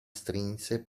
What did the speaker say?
strinse